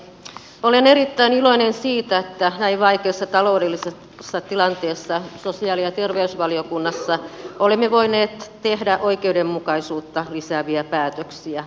olen erittäin iloinen siitä että näin vaikeassa taloudellisessa tilanteessa sosiaali ja terveysvaliokunnassa olemme voineet tehdä oikeudenmukaisuutta lisääviä päätöksiä